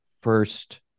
first